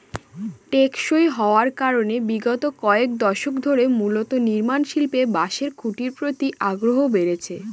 টেকসই হওয়ার কারনে বিগত কয়েক দশক ধরে মূলত নির্মাণশিল্পে বাঁশের খুঁটির প্রতি আগ্রহ বেড়েছে